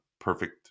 perfect